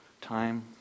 time